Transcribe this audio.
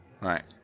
Right